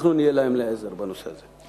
אנחנו נהיה להם לעזר בנושא הזה.